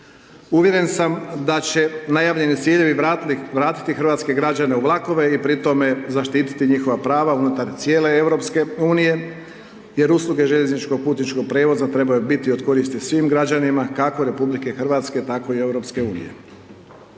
Uvjeren sam da će najavljeni ciljevi vratiti hrvatske građane u vlakove i pri tome zaštiti njihova prava unutar cijele EU jer usluge željezničkog putničkog prijevoza trebaju biti od koristi svim građanima kako RH tako i EU.